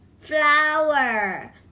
flower